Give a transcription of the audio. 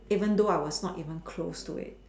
even though I was not even close to it